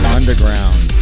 Underground